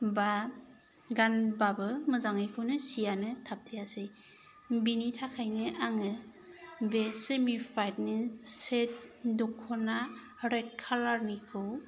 बा गानबाबो मोजाङैखौनो जिआनो थाबथायासै बिनि थाखायनो आङो बे सेमि पाटनि सेट दखना रेड खालार निखौ